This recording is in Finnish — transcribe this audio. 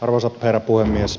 arvoisa herra puhemies